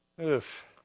Oof